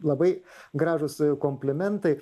labai gražūs komplimentai